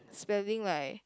spelling like